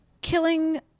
killing